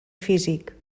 físic